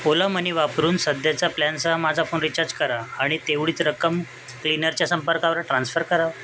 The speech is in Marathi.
ओला मनी वापरून सध्याचा प्लॅनसह माझा फोन रिचार्ज करा आणि तेवढीच रक्कम क्लिनरच्या संपर्कावर ट्रान्स्फर करा